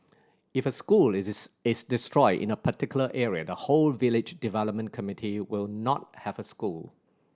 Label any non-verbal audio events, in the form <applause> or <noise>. if a school <unintelligible> is destroyed in a particular area the whole village development committee will not have a school